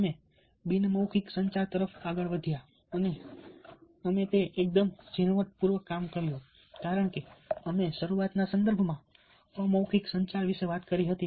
અમે બિનમૌખિક સંચાર તરફ આગળ વધ્યા અને અમે તે એકદમ ઝીણવટપૂર્વક કર્યું કારણ કે અમે શરૂઆત ના સંદર્ભમાં અમૌખિક સંચાર વિશે વાત કરી હતી